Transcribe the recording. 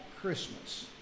Christmas